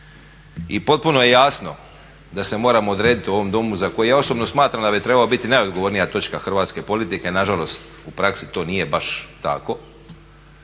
i potpuno je jasno da se moramo odrediti u ovom domu za koji ja osobno smatram da bi trebao biti najodgovornija točka hrvatske politike nažalost u praksi to nije baš tako,